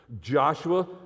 Joshua